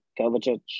Kovacic